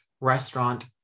restaurant